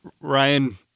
Ryan